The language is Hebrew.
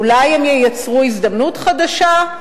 אולי הם ייצרו הזדמנות חדשה?